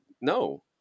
no